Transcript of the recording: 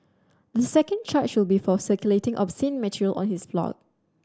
the second charge will be for circulating obscene material on his blog